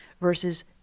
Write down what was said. versus